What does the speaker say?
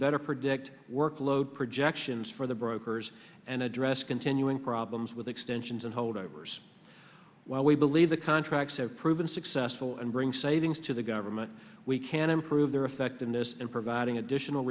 better predict workload projections for the brokers and address continuing problems with extensions and holdovers while we believe the contracts have proven successful and bring savings to the government we can improve their effectiveness and providing additional